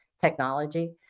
technology